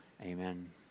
Amen